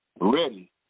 Ready